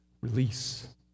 release